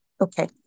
Okay